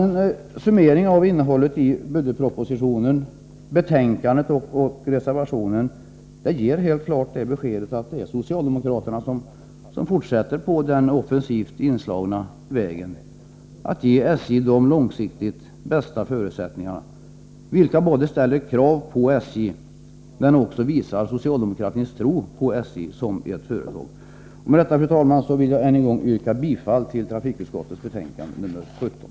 En summering av innehållet i budgetpropositionen, betänkandet och reservationen ger helt klart det beskedet att det är socialdemokraterna som fortsätter på den inslagna offensiva vägen att ge SJ de långsiktigt bästa förutsättningarna. Det ställer krav på SJ, men det visar också socialdemokratins tro på SJ som företag. Fru talman! Med detta ber jag än en gång att få yrka bifall till trafikutskottets hemställan i betänkande 17.